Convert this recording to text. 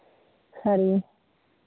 ᱥᱟᱹᱲᱤ